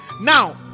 Now